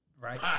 right